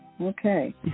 Okay